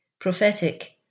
prophetic